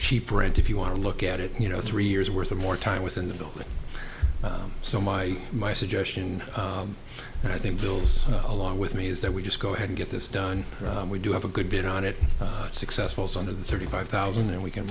cheap rent if you want to look at it you know three years worth of more time within the building so my my suggestion and i think bill's along with me is that we just go ahead and get this done and we do have a good bit on it successful zone of thirty five thousand and we can